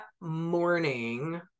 morning